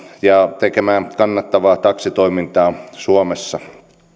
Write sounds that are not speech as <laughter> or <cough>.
ja tekemään kannattavaa taksitoimintaa suomessa <unintelligible>